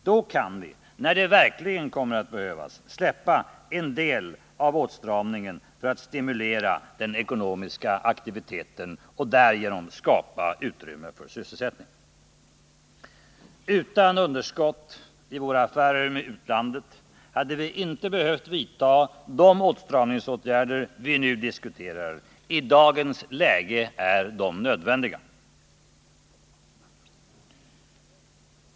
Då kan vi — när det verkligen kommer att behövas — släppa en del av åtstramningen för att stimulera den ekonomiska aktiviteten och därigenom skapa utrymme för sysselsättningen. Utan underskott i våra affärer med utlandet hade vi inte behövt vidtaga de åtstramningsåtgärder vi nu diskuterar I dagens läge är de nödvändiga.